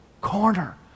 corner